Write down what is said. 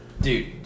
Dude